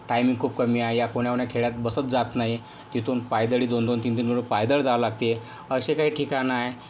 timing खूप कमी आहे कोण्या कोण्या खेड्यात बसच जात नाही तिथून पायदळी दोन दोन तीन तीन किलो पायदळ जावं लागते अशी काही ठिकाणं आहे